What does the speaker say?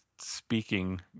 Speaking